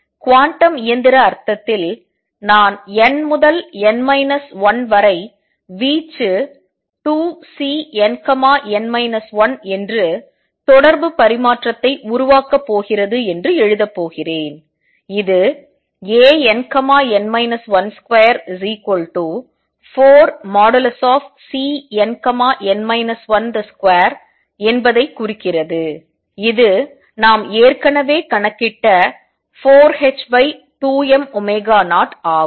quantum இயந்திர அர்த்தத்தில் நான் n முதல் n மைனஸ் 1 வரை வீச்சு 2Cnn 1 என்று தொடர்புப்பரிமாற்றத்தை உருவாக்கப் போகிறது என்று எழுதப் போகிறேன் இது Ann 124|Cnn 1 |2 என்பதைக் குறிக்கிறது இது நாம் ஏற்கனவே கணக்கிட்ட 4ℏ2m0ஆகும்